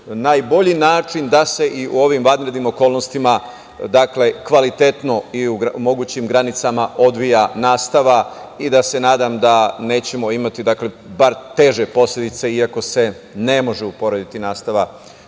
najbolji način da se i u ovim vanrednim okolnostima kvalitetno i u mogućim granicama odvija nastava. Nadam se da nećemo imati teže posledice, iako se ne može uporediti nastava